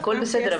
הכול בסדר,